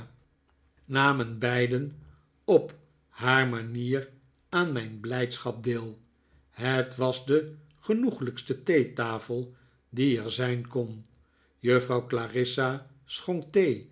namen beiden op haar manier aan mijn blijdschap deel het was de genoeglijkste theetafel die er zijn kon juffrouw clarissa schorik